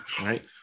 right